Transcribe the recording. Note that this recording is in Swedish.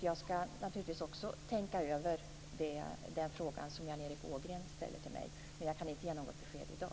Jag skall naturligtvis också tänka över den fråga som Jan Erik Ågren ställer till mig, men jag kan inte ge något besked i dag.